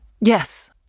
Yes